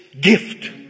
gift